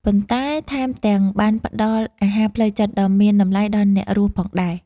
ប៉ុន្តែថែមទាំងបានផ្ដល់អាហារផ្លូវចិត្តដ៏មានតម្លៃដល់អ្នករស់ផងដែរ។